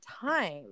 time